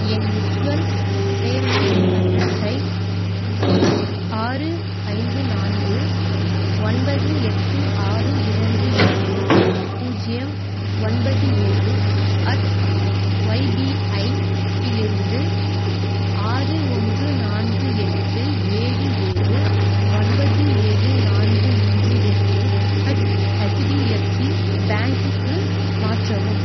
என் virtual payment அட்ரஸை ஆறு ஐந்து நான்கு ஒன்பது எட்டு ஆறு இரண்டு இரண்டு பூஜ்ஜியம் ஒன்பது ஏழு அட் ஒய்பிஐயிலிருந்து ஆறு ஒன்று நான்கு எட்டு ஏழு ஏழு ஒன்பது ஏழு நான்கு மூன்று எட்டு அட் ஹச்டிஎஃப்சி பேங்க்குக்கு மாற்றவும்